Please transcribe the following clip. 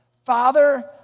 Father